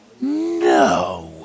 No